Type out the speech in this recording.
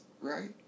right